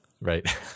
right